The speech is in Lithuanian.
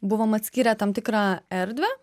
buvom atskyrę tam tikrą erdvę